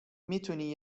میتونی